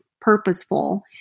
purposeful